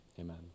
amen